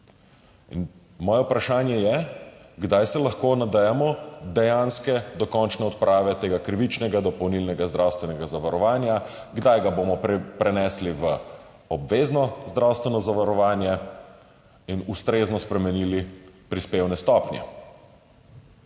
Moje vprašanje je: Kdaj se lahko nadejamo dejanske dokončne odprave tega krivičnega dopolnilnega zdravstvenega zavarovanja? Kdaj ga bomo prenesli v obvezno zdravstveno zavarovanje in ustrezno spremenili prispevne stopnje?